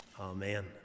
Amen